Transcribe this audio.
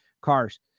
cars